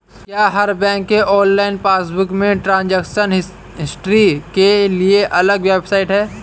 क्या हर बैंक के ऑनलाइन पासबुक में ट्रांजेक्शन हिस्ट्री के लिए अलग वेबसाइट है?